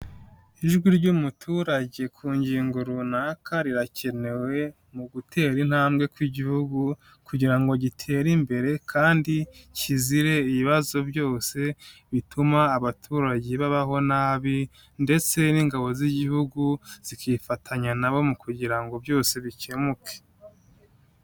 Ijwi ry'umuturage ku ngingo runaka rirakenewe mu gutera intambwe kw'Igihugu kugira ngo gitere imbere kandi kizire ibibazo byose bituma abaturage babaho nabi ndetse n'ingabo z'Igihugu zikifatanya na bo mu kugira ngo byose bikemuke.